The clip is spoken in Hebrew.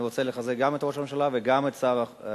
אני רוצה לחזק גם את ראש הממשלה וגם את שר הביטחון.